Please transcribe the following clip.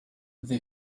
they